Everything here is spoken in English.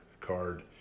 card